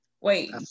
Wait